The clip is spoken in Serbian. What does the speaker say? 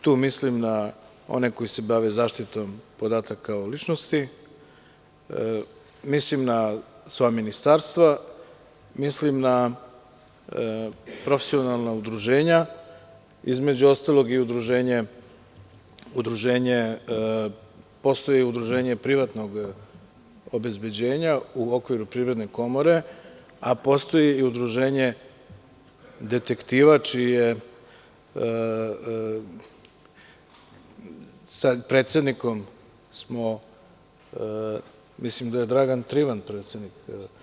Tu mislim na one koji se bave zaštitom podataka o ličnosti, mislim na sva ministarstva, mislim na profesionalna udruženja, između ostalog postoji i Udruženje privatnog obezbeđenja, u okviru Privredne komore, a postoji i Udruženje detektiva, mislim da je Dragan Trivan predsednik.